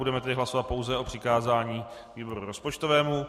Budeme tedy hlasovat pouze o přikázání výboru rozpočtovému.